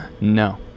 no